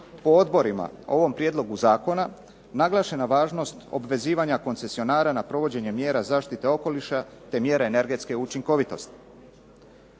po odborima o ovom prijedlogu zakona naglašena važnost obvezivanja koncesionara na provođenje mjera zaštite okoliša te mjera energetske učinkovitosti.